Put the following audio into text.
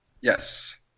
Yes